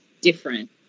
different